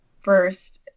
first